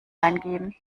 eingeben